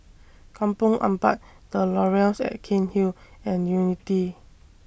Kampong Ampat The Laurels At Cairnhill and Unity